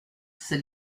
c’est